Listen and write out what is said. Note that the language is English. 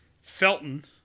Felton